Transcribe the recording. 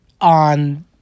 on